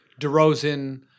DeRozan